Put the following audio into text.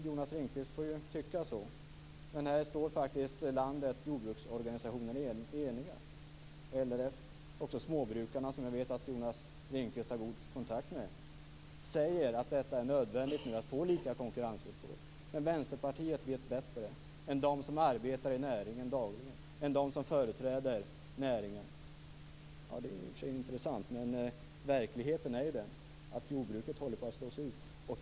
Jonas Ringqvist får tycka så, men här står landets jordbruksorganisationer eniga. LRF och småbrukarna, som jag vet att Jonas Ringqvist har god kontakt med, säger att det nödvändigt med lika konkurrensvillkor. Men Vänsterpartiet vet bättre än de som dagligen arbetar i näringen, än de som företräder näringen. Det är i och för sig intressant, men verkligheten är ju den att jordbruket håller på att slås ut.